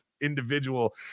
individual